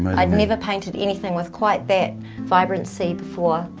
i've never painted anything with quite that vibrancy before.